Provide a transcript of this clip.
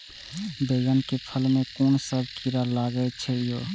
बैंगन के फल में कुन सब कीरा लगै छै यो?